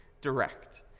direct